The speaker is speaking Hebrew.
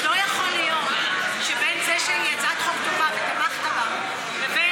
אז לא יכול להיות שבין זה שהיא הצעת חוק טובה ותמכת בה לבין,